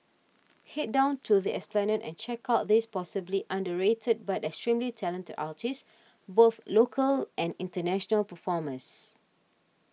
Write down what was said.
head down to the Esplanade and check out these possibly underrated but extremely talented artists both local and international performers